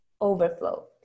overflow